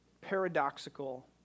paradoxical